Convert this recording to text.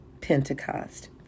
pentecost